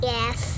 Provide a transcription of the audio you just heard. Yes